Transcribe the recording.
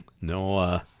No